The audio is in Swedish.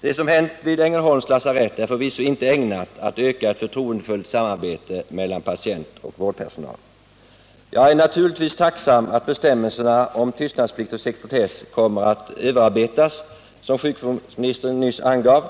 Det som hänt vid Ängelholms lasarett är förvisso inte ägnat att öka möjligheterna att åstadkomma ett förtroendefullt samarbete mellan patient och vårdpersonal. Jag är naturligtvis tacksam för att bestämmelserna om tystnadsplikt och sekretess kommer att överarbetas, som sjukvårdsministern nyss angav.